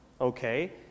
Okay